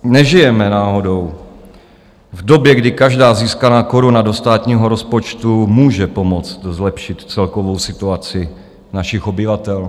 Nežijeme náhodou v době, kdy každá získaná koruna do státního rozpočtu může pomoct zlepšit celkovou situaci našich obyvatel?